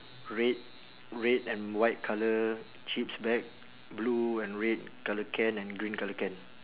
red red and white colour chips bag blue and red colour can and green colour can